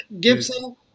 Gibson